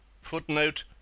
Footnote